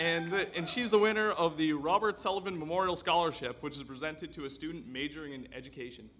her and she's the winner of the robert sullivan memorial scholarship which is presented to a student majoring in education